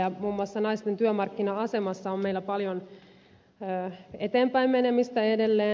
muun muassa naisten työmarkkina asemassa on meillä paljon eteenpäinmenemistä edelleen